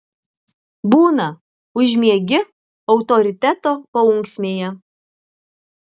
būna užmiegi autoriteto paunksmėje